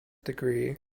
degree